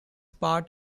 part